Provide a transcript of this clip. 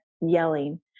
yelling